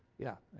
yeah